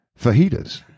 fajitas